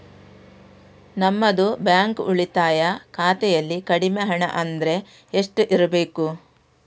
ನಮ್ಮದು ಬ್ಯಾಂಕ್ ಉಳಿತಾಯ ಖಾತೆಯಲ್ಲಿ ಕಡಿಮೆ ಹಣ ಅಂದ್ರೆ ಎಷ್ಟು ಇರಬೇಕು?